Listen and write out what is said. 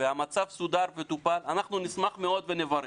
אם המצב סודר וטופל, אנחנו נשמח מאוד ונברך.